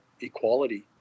equality